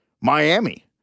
Miami